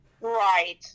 Right